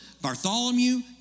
Bartholomew